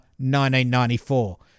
1994